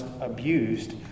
abused